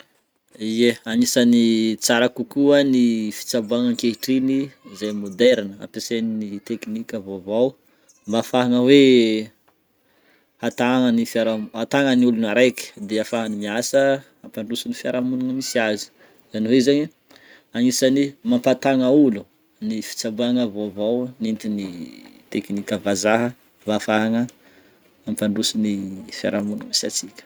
Ye, agnisan'ny tsara kokoa ny fitsaboagna ankehitriny izay moderne, ampiasain'ny teknika vaovao mba afahagna hoe hatagna ny fiara- hatagna ny olona araiky, de afahany miasa hampandroso ny fiarahamonigny misy azy. Zany hoe zegny, agnisany mampatagna ôlo ny fitsaboagna vaovao nentin'ny teknika vazaha mba afahagna mampandroso ny fiarahamonigny misy antsika.